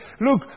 Look